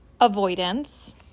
avoidance